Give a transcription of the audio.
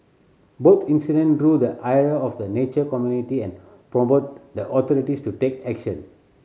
both incident drew the ire of the nature community and prompted the authorities to take action